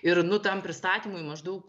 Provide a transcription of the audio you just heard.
ir nu tam pristatymui maždaug